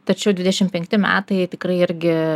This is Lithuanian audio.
tačiau dvidešimt penkti metai tikrai irgi